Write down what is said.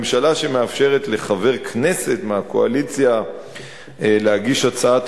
ממשלה שמאפשרת לחבר כנסת מהקואליציה להגיש הצעת